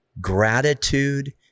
gratitude